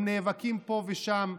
הם נאבקים פה ושם,